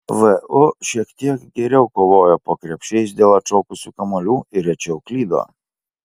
vu šiek tiek geriau kovojo po krepšiais dėl atšokusių kamuolių ir rečiau klydo